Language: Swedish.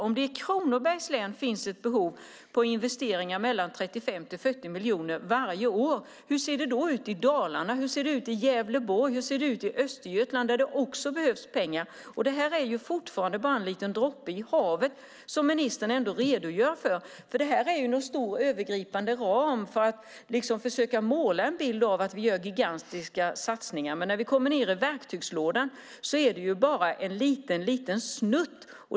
Om det i Kronobergs län finns behov av investeringar på 35-40 miljoner varje år, hur ser det då ut i Dalarna, Gävleborg och Östergötland där det också behövs pengar? Det som ministern redogör för är bara en droppe i havet. Det handlar om en stor och övergripande ram för att försöka måla upp en bild av att det görs gigantiska satsningar, men när det kommer i verktygslådan är det bara en liten snutt.